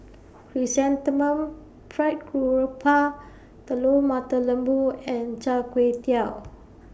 Chrysanthemum Fried Garoupa Telur Mata Lembu and Char Kway Teow